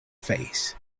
face